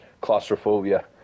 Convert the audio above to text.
claustrophobia